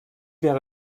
wäre